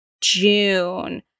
June